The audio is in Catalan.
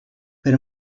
per